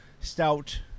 stout